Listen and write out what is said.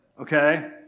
Okay